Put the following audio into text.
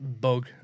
bug